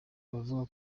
abavuga